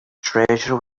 treasure